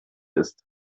ist